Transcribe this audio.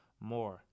more